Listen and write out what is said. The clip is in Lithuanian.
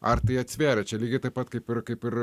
ar tai atsvėrė čia lygiai taip pat kaip ir kaip ir